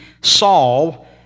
Saul